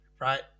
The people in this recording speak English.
right